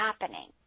happening